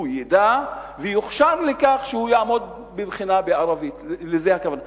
שהוא ידע שהוא יעמוד בבחינה בערבית ויוכשר לכך.